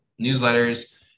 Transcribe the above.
newsletters